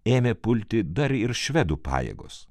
ėmė pulti dar ir švedų pajėgos